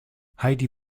heidi